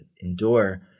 endure